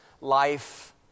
life